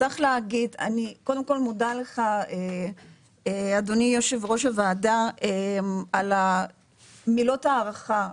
אני קודם כל מודה לך אדוני יושב-ראש הוועדה על מילות ההערכה,